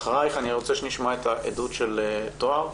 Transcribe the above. אחרייך אני רוצה שנשמע את העדות של טוהר.